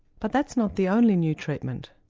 but that's not the only new treatment,